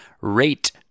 Rate